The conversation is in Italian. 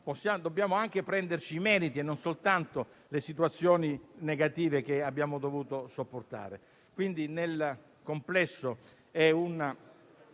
dobbiamo anche prenderci i meriti e non soltanto farci carico delle situazioni negative che abbiamo dovuto sopportare.